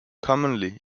commonly